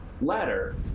ladder